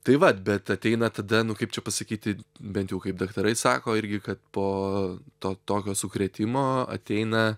tai vat bet ateina tada nu kaip čia pasakyti bent jau kaip daktarai sako irgi ka po to tokio sukrėtimo ateina